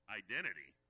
identity